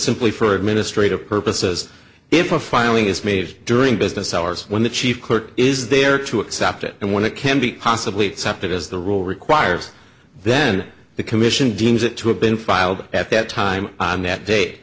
simply for administrative purposes if a filing is made during business hours when the chief clerk is there to accept it and when it can be possibly excepted as the rule requires then the commission deems it to have been filed at that time on that da